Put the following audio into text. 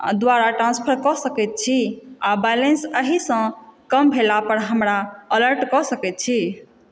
द्वारा ट्रान्सफर कऽ सकै छी आ बैलेंस अहीसँ कम भेला पर हमरा अलर्ट कऽ सकै छी